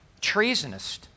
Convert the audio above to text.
treasonist